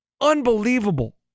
unbelievable